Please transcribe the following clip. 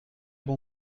bon